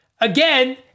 again